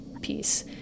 piece